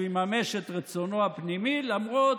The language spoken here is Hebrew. שהוא יממש את רצונו הפנימי למרות,